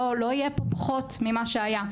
לא יהיה פה פחות ממה שהיה.